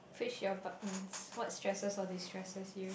um what stresses all these stresses you